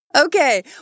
Okay